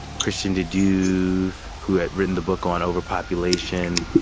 christian de duve who had written the book on overpopulation.